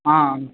ஆ